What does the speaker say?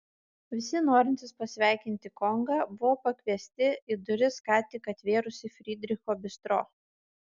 visi norintys pasveikinti kongą buvo pakviesti į duris ką tik atvėrusį frydricho bistro